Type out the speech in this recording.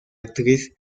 actriz